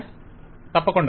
client తప్పకుండా